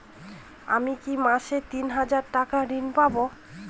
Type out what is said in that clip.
আমি কি মাসে তিন হাজার টাকার ঋণ পাবো?